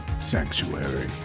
Sanctuary